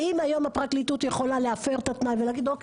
האם היום הפרקליטות יכולה להפר את התנאי ולהגיד אוקיי